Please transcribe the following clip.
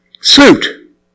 Suit